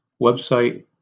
website